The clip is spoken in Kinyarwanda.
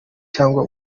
cyangwa